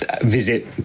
visit